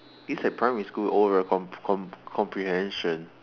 it's like primary school oral com~ com~ comprehension